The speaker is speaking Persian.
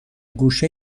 گوشه